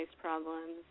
problems